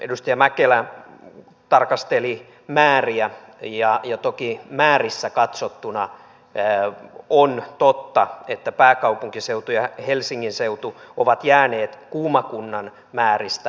edustaja mäkelä tarkasteli määriä ja toki määrissä katsottuna on totta että pääkaupunkiseutu ja helsingin seutu ovat jääneet kuuma kuntien määristä